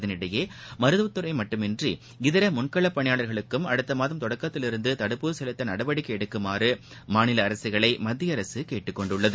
இதற்கிடையே மருத்துவத்துறை மட்டுமன்றி இதர முன்களப் பணியாளர்களுக்கும் அடுத்த மாதம் தொடக்கத்திலிருந்து தடுப்பூசி செலுத்த நடவடிக்கை எடுக்குமாறு மாநில அரசுகளை மத்திய அரசு கேட்டுக் கொண்டுள்ளது